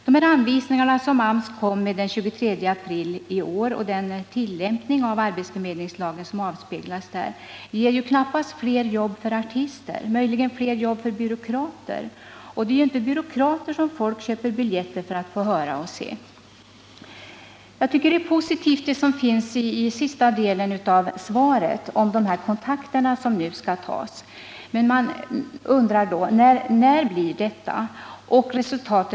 De anvisningar som AMS kom med den 23 april i år och den tillämpning av arbetsförmedlingslagen som avspeglas där ger knappast flera jobb för artister — möjligen fler jobb för byråkrater. Men det är ju inte för att höra och se byråkrater som folk köper biljetter. Det som står i sista delen av svaret om de kontakter som nu skall tas tycker jag är positivt. Men man undrar: När kommer det att hända någonting?